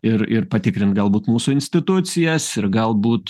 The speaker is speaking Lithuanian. ir ir patikrint galbūt mūsų institucijas ir galbūt